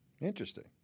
Interesting